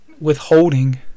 withholding